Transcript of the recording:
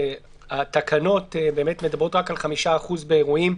התקנות באמת מדברות רק על 5% באירועים,